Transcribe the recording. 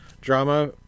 drama